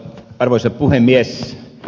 arvoisa puhemies